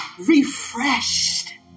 refreshed